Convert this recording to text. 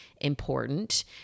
important